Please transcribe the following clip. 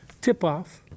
tip-off